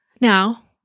Now